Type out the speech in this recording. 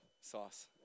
sauce